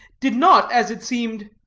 did not, as it seemed,